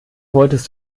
wolltest